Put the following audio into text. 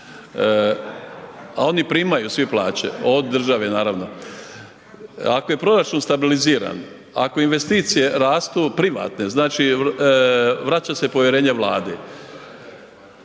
a oni primaju svi plaće od države, naravno. Ako je proračun stabiliziran, ako investicije rastu, privatne, znači vraća se povjerenje Vladi,